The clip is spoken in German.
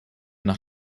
nach